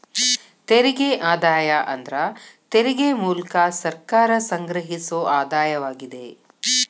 ತೆರಿಗೆ ಆದಾಯ ಅಂದ್ರ ತೆರಿಗೆ ಮೂಲ್ಕ ಸರ್ಕಾರ ಸಂಗ್ರಹಿಸೊ ಆದಾಯವಾಗಿದೆ